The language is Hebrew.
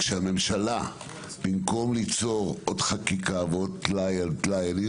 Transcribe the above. כשהממשלה במקום ליצור עוד חקיקה ועוד טלאי על טלאי,